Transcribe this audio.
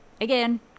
Again